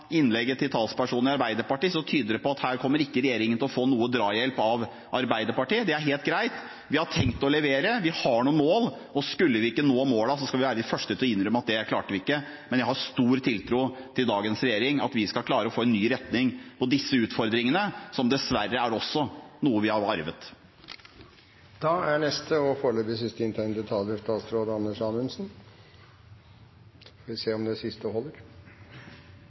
innlegget til talspersonen fra Arbeiderpartiet tyder på at her kommer ikke regjeringen til å få noe drahjelp av Arbeiderpartiet. Det er helt greit, vi har tenkt å levere. Vi har noen mål, og skulle vi ikke nå målene, skal vi være de første til å innrømme at det klarte vi ikke. Men jeg har stor tiltro til dagens regjering, at vi skal klare å få en ny retning med hensyn til disse utfordringene, som dessverre også er noe vi har arvet. Da er neste og foreløpig sist inntegnede taler statsråd Anders Anundsen. Så får vi se om det siste holder.